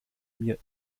mir